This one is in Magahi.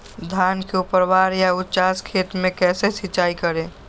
धान के ऊपरवार या उचास खेत मे कैसे सिंचाई करें?